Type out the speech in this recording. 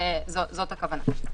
זו הכוונה.